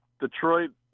Detroit